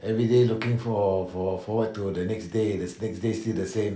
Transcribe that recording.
everyday looking for~ for~ forward to the next day the next day still the same